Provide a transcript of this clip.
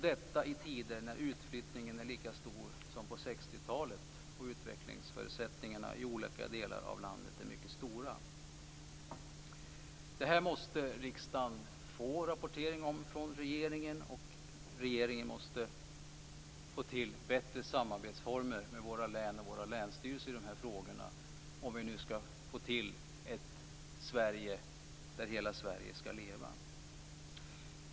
Detta sker i tider när utflyttningen är lika stor som på 60-talet och förutsättningarna för utveckling i olika delar av landet är mycket stora. Det här måste riksdagen få en rapportering om från regeringen, och regeringen måste få till bättre samarbetsformer med våra länsstyrelser i frågorna - om vi nu skall få ett Hela Sverige skall leva.